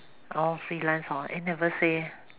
oh freelance hor eh never say